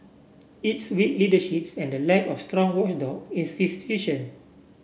it's weak leaderships and lack of strong watchdog institution